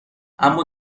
اما